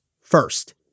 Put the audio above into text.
First